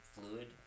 fluid